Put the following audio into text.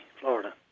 Florida